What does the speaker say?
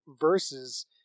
versus